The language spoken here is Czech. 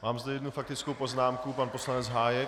Mám zde jednu faktickou poznámku, pan poslanec Hájek.